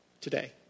today